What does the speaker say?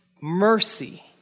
mercy